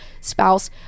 spouse